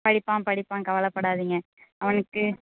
படிப்பான் படிப்பான் கவலைப்படாதீங்க அவனுக்கு